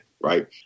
Right